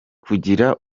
kugira